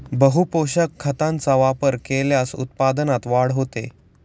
बहुपोषक खतांचा वापर केल्यास उत्पादनात वाढ होते